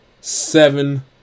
seven